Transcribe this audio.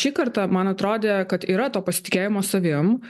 šį kartą man atrodė kad yra to pasitikėjimo savim